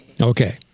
Okay